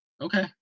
Okay